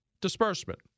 disbursement